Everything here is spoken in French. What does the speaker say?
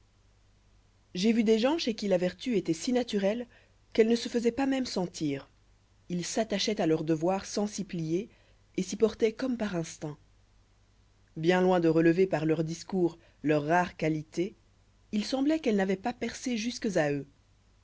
ai vu des gens chez qui la vertu étoit si naturelle qu'elle ne se faisoit pas même sentir ils s'attachoient à leur devoir sans s'y plier et s'y portoient comme par instinct bien loin de relever par leurs discours leurs rares qualités il sembloit qu'elles n'avoient pas percé jusques à eux